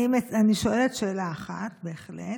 אני שואלת שאלה אחת, בהחלט.